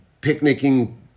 Picnicking